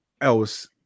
else